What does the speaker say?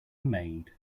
maid